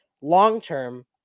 long-term